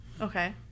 okay